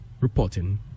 reporting